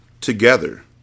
Together